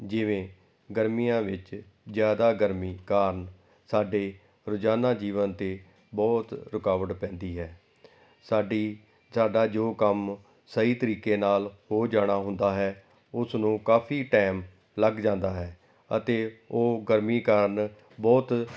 ਜਿਵੇਂ ਗਰਮੀਆਂ ਵਿੱਚ ਜ਼ਿਆਦਾ ਗਰਮੀ ਕਾਰਨ ਸਾਡੇ ਰੋਜ਼ਾਨਾ ਜੀਵਨ 'ਤੇ ਬਹੁਤ ਰੁਕਾਵਟ ਪੈਂਦੀ ਹੈ ਸਾਡੀ ਸਾਡਾ ਜੋ ਕੰਮ ਸਹੀ ਤਰੀਕੇ ਨਾਲ ਹੋ ਜਾਣਾ ਹੁੰਦਾ ਹੈ ਉਸ ਨੂੰ ਕਾਫੀ ਟਾਈਮ ਲੱਗ ਜਾਂਦਾ ਹੈ ਅਤੇ ਉਹ ਗਰਮੀ ਕਾਰਨ ਬਹੁਤ